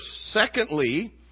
Secondly